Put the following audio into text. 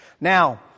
Now